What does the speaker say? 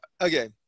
Okay